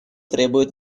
требует